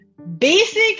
Basic